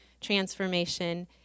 transformation